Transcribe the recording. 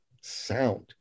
sound